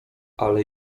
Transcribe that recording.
ale